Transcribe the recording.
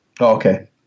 Okay